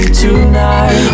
tonight